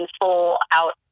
full-out